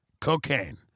cocaine